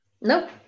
Nope